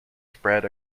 spread